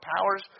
powers